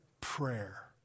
prayer